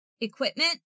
Equipment